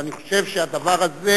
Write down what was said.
אבל אני חושב שהדבר הזה,